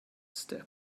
step